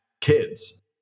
kids